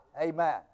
Amen